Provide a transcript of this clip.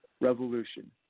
revolution